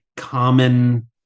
Common